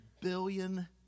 billion